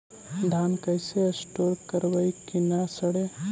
धान कैसे स्टोर करवई कि न सड़ै?